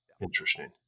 Interesting